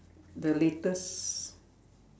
the latest